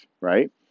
right